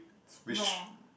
it's wrong